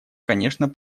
конечно